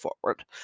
forward